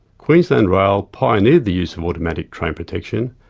queensland rail pioneered the use of automatic train protection,